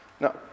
Now